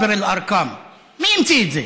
(אומר בערבית: בתי קברות של מספרים.) מי המציא את זה?